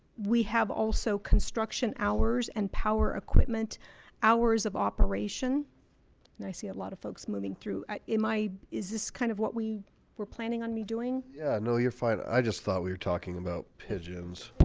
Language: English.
we have also construction hours and power equipment hours of operation and i see a lot of folks moving through ah in my is this kind of what we were planning on me doing? yeah no, you're fine. i just thought we were talking about pigeons.